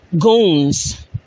Goons